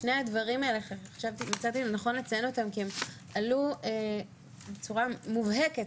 שני הדברים הללו מצאתי לנכון לציין אותם כי הם עלו בצורה מובהקת